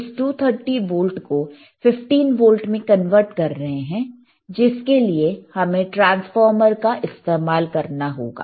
और हम इस 230 वोल्ट को 15 वोल्ट में कन्वर्ट कर रहे हैं जिसके लिए हमें ट्रांसफार्मर का इस्तेमाल करना होगा